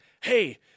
hey